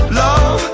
love